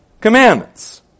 Commandments